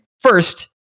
first